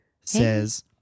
says